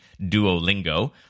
Duolingo